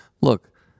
Look